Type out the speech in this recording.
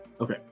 Okay